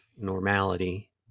normality